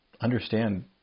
understand